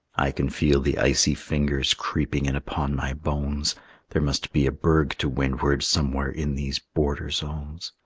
i can feel the icy fingers creeping in upon my bones there must be a berg to windward somewhere in these border zones.